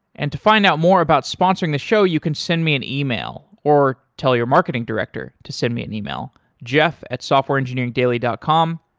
and to find out more about sponsoring the show, you can send me an ah e-mail or tell your marketing director to send me an e-mail jeff at softwareengineeringdaily dot com.